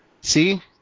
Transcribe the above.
See